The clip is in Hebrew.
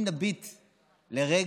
אם נביט לרגע,